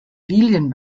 lilien